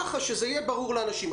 כך שזה יהיה ברור לאנשים.